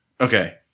Okay